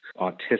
autistic